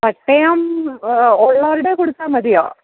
പട്ടയം ഒരാളുടേതു കൊടുത്താല് മതിയോ